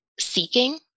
seeking